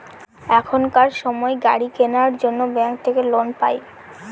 এখনকার সময় গাড়ি কেনার জন্য ব্যাঙ্ক থাকে লোন পাই